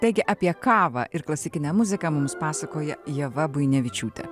taigi apie kavą ir klasikinę muziką mums pasakoja ieva buinevičiūtė